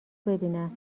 ببینم